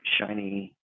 shiny